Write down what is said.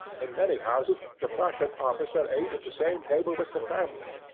in many houses the prussian officer ate at the same table with the family.